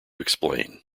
explain